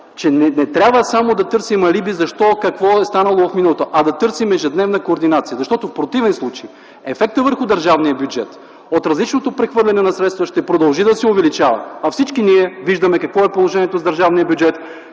че не трябва само да търсим алиби защо, какво е станало в миналото, а да търсим ежедневна координация. Защото в противен случай ефектът върху държавния бюджет от различното прехвърляне на средства ще продължи да се увеличава, а всички ние виждаме какво е положението с държавния бюджет,